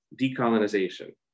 decolonization